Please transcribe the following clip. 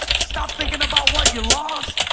stop thinking about what you lost.